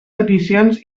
peticions